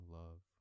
love